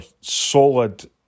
solid